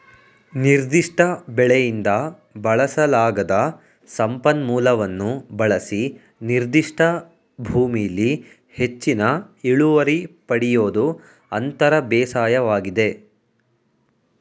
ನಿರ್ದಿಷ್ಟ ಬೆಳೆಯಿಂದ ಬಳಸಲಾಗದ ಸಂಪನ್ಮೂಲವನ್ನು ಬಳಸಿ ನಿರ್ದಿಷ್ಟ ಭೂಮಿಲಿ ಹೆಚ್ಚಿನ ಇಳುವರಿ ಪಡಿಯೋದು ಅಂತರ ಬೇಸಾಯವಾಗಿದೆ